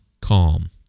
calm